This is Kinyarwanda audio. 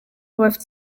bafite